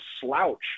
slouch